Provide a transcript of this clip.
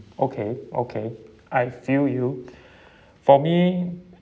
okay okay I feel you for me